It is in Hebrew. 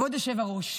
כבוד היושב-ראש,